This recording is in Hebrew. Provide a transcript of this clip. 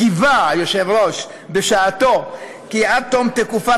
היושב-ראש קיווה בשעתו כי עד תום תקופת